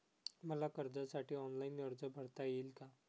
मला कर्जासाठी ऑनलाइन अर्ज भरता येईल का?